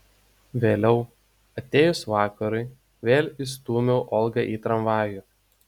vėliau atėjus vakarui vėl įstūmiau olgą į tramvajų